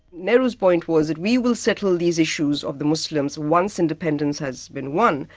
nehru's point was that we will settle these issues of the muslims once independence has been won.